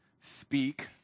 speak